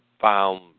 found